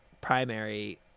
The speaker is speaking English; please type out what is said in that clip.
primary